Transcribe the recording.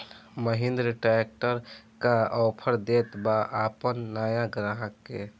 Mahindra tractor का offer देत बा अपना नया ग्राहक के?